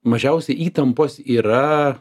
mažiausia įtampos yra